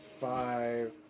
Five